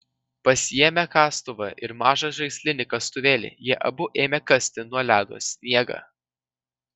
pasiėmę kastuvą ir mažą žaislinį kastuvėlį jie abu ėmė kasti nuo ledo sniegą